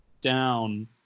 down